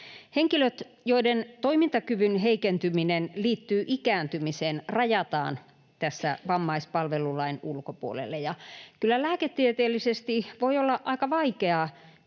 Henkilöt, joiden toimintakyvyn heikentyminen liittyy ikääntymiseen, rajataan tässä vammaispalvelulain ulkopuolelle, ja kyllä lääketieteellisesti voi olla aika vaikea